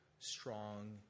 strong